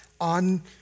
on